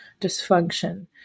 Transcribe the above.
dysfunction